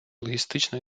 логістичної